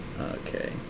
Okay